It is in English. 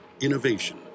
Innovation